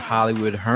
Hollywood